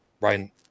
Ryan